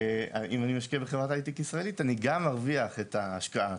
אני ארוויח את ההשקעה עצמה,